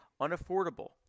unaffordable